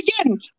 again